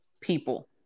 people